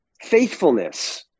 faithfulness